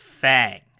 Fang